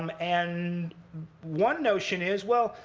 um and one notion is, well,